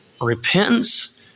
Repentance